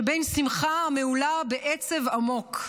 שבין שמחה המהולה בעצב עמוק.